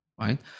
right